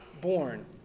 born